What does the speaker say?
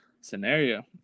scenario